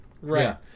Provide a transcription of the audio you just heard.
Right